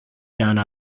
done